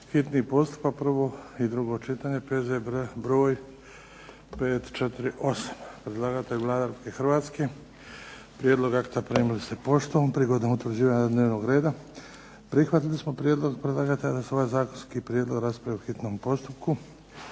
hitni postupak, prvo i drugo čitanje, P.Z. br. 548 Predlagatelj je Vlada Republike Hrvatske. Prijedlog akta primili ste poštom. Prigodom utvrđivanja dnevnog reda prihvatili smo prijedlog predlagatelja da se ovaj zakonski prijedlog raspravi u hitnom postupku.